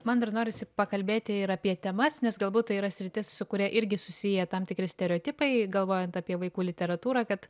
man dar norisi pakalbėti ir apie temas nes galbūt tai yra sritis kuria irgi susiję tam tikri stereotipai galvojant apie vaikų literatūrą kad